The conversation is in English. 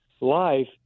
life